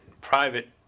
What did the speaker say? private